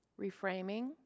reframing